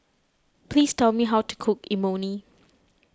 please tell me how to cook Imoni